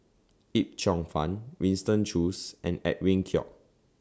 Yip Cheong Fun Winston Choos and Edwin Koek